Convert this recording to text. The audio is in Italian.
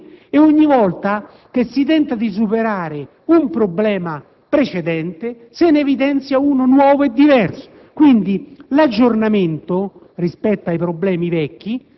un sistemo operativo che si blocca spesso, le cui linee cadono. Ogni volta che si tenta di superare un problema, se ne evidenzia uno nuovo e diverso.